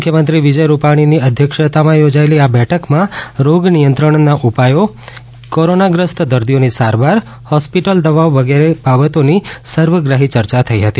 મુખ્યમંત્રી વિજય રૂપાણીની અધ્યક્ષતામાં યોજાયેલી આ બેઠકમાં રોગ નિયંત્રણના ઉપાયો કોરોનાગ્રસ્ત દર્દીઓની સારવાર હોસ્પિટલ દવાઓ વગેરે બાબતોની સર્વગ્રાહી ચર્ચા થઈ હતી